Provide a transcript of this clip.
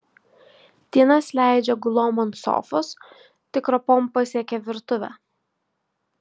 dienas leidžia gulom ant sofos tik ropom pasiekia virtuvę